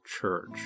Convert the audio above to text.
Church